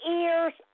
ears